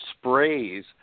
sprays